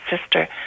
sister